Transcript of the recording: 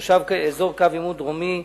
תושב אזור קו עימות דרומי,